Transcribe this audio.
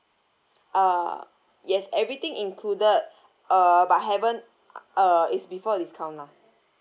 uh yes everything included uh but haven't uh is before discount lah